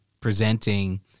presenting